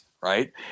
right